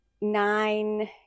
nine